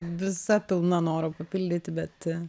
visa pilna noro papildyti bet